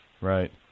right